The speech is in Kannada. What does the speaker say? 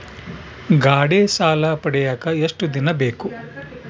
ಗಾಡೇ ಸಾಲ ಪಡಿಯಾಕ ಎಷ್ಟು ದಿನ ಬೇಕು?